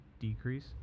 decrease